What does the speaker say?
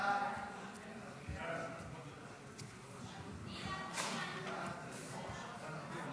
חוק הסיוע המשפטי (תיקון מס' 27,